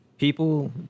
People